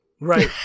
Right